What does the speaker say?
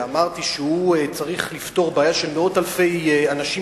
ואמרתי שהוא צריך לפתור בעיה של מאות אלפי אנשים